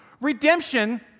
Redemption